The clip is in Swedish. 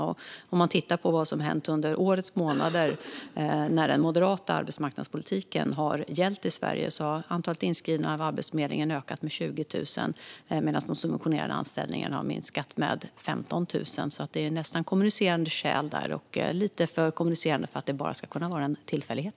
Om man tittar på vad som har hänt under de av årets månader när den moderata arbetsmarknadspolitiken gällde i Sverige ser man att antalet inskrivna på Arbetsförmedlingen har ökat med 20 000 personer, medan de subventionerade anställningarna har minskat med 15 000. Det är alltså nästan kommunicerande kärl - lite för kommunicerande för att det bara ska vara en tillfällighet.